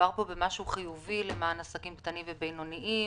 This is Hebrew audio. מדובר פה במשהו חיובי למען עסקים קטנים ובינוניים,